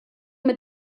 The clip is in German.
mit